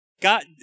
God